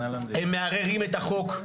הם מערערים את החוק,